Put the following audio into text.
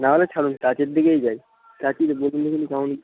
না হলে ছাড়ুন টাচের দিকেই যাই